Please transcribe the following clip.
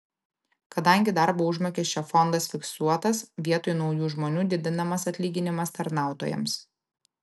kadangi darbo užmokesčio fondas fiksuotas vietoj naujų žmonių didinamas atlyginimas tarnautojams